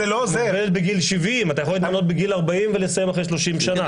היא מוגבלת בגיל 70. אתה יכול להתמנות בגיל 40 ולסיים אחרי 30 שנה.